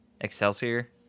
Excelsior